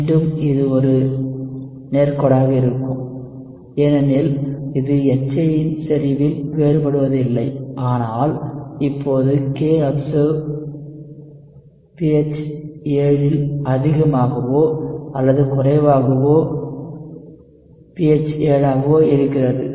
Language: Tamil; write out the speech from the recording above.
மீண்டும் இது ஒரு நேர்க்கோடாக இருக்கும் ஏனெனில் இது HA இன் செறிவில் வேறுபடுவதில்லை ஆனால் இப்போது kobserved pH 7 இல் அதிகமாகவோ அல்லது குறைவாகவோ pH 7 ஆகவோ இருக்கிறது